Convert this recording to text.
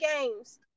games